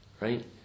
right